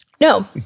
No